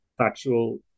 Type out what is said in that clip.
Factual